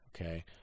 okay